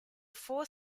four